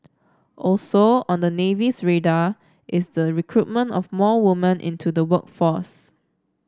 also on the Navy's radar is the recruitment of more woman into the work force